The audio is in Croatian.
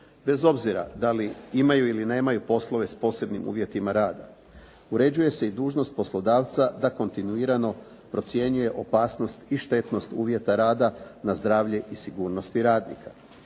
bez obzira da li imaju ili nemaju poslove sa posebnim uvjetima rada, uređuje se i dužnost poslodavca da kontinuirano procjenjuje opasnost i štetnost uvjeta rada na zdravlje i sigurnosti radnika.